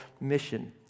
mission